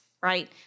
right